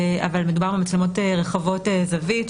אבל מדובר במצלמות רחבות זווית,